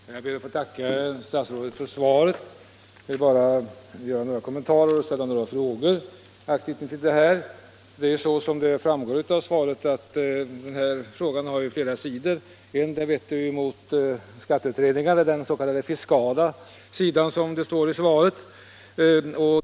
Herr talman! Jag ber att få tacka bostadsministern för svaret och vill bara nu göra några kommentarer och ställa några frågor i anslutning till detsamma. Som framgår av svaret har saken flera sidor. En sida vetter mot skatteutredningarna, alltså den fiskala sidan som det står i svaret.